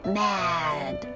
mad